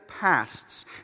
pasts